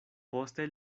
poste